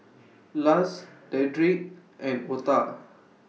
Luz Dedric and Otha